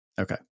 Okay